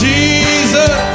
Jesus